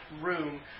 room